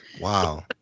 wow